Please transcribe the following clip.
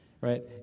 right